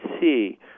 see